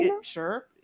sure